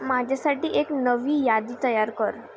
माझ्यासाठी एक नवी यादी तयार कर